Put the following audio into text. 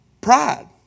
Pride